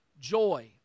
joy